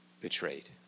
betrayed